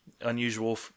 unusual